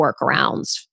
workarounds